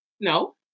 No